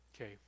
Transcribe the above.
Okay